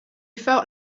felt